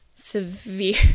severe